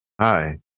hi